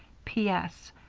p. s.